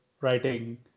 writing